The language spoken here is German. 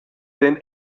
den